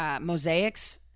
mosaics